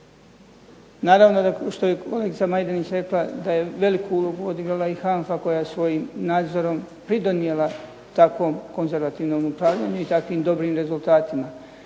Naravno što je kolegica Majdenić rekla da je veliku ulogu odigrala i HANFA koja je svojim nadzorom pridonijela takvom konzervativnom upravljanju i takvim dobrim rezultatima.